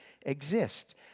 exist